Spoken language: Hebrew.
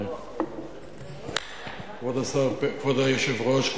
כבוד היושב-ראש,